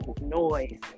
noise